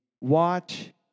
Watch